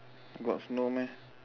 got snow meh